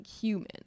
human